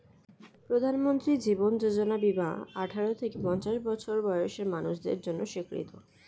প্রধানমন্ত্রী জীবন যোজনা বীমা আঠারো থেকে পঞ্চাশ বছর বয়সের মানুষদের জন্য স্বীকৃত